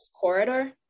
Corridor